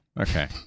okay